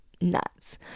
nuts